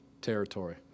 territory